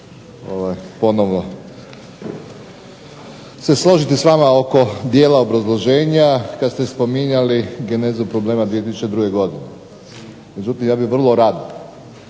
želim ponovno se složiti s vama oko dijela obrazloženja, kad ste spominjali genezu problema 2002. godine. Međutim ja bih vrlo rado,